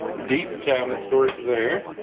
deep cabinet storage there